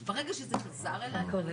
10:56.